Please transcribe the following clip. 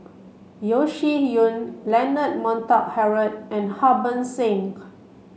Yeo Shih Yun Leonard Montague Harrod and Harbans Singh